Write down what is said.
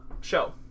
show